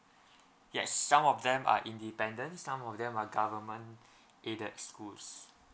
yes some of them are independent some of them are government aided schoolds